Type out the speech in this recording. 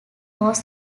was